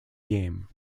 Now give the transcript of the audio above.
game